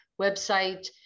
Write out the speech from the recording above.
website